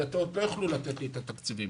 משרד הדתות לא יוכלו לתת לי את התקציבים.